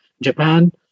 Japan